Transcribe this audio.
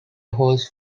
holes